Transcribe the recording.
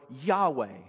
Yahweh